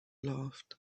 laughed